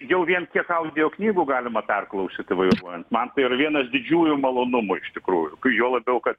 jau vien kiek audio knygų galima perklausyti vairuojant man tai yra vienas didžiųjų malonumų iš tikrųjų juo labiau kad